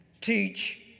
teach